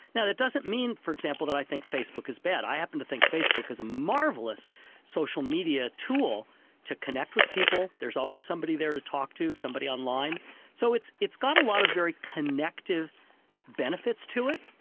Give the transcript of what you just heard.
now that doesn't mean for example that i think facebook is bad, i happen to think that facebook is a marvellous social media tool to connect with people, there's always somebody there to talk to, somebody online so it's it's got a lot of very connective benefits to it.